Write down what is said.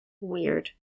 Weird